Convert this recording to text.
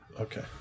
Okay